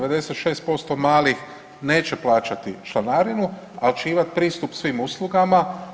96% malih neće plaćati članarinu, ali će imati pristup svih uslugama.